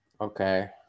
okay